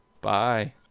Bye